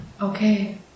Okay